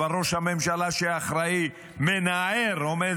אבל ראש הממשלה שאחראי מנער ואומר,